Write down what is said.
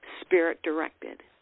spirit-directed